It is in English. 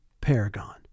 Paragon